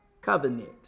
covenant